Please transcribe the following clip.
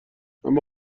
اما